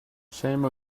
shame